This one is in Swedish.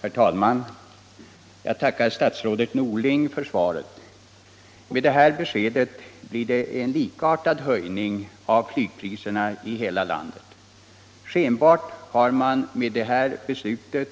Herr talman! Jag tackar statsrådet Norling för svaret. Det nu lämnade beskedet innebär att det blir en likartad höjning av flygpriserna i hela landet. Skenbart har man med det fattade beslutet